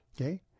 Okay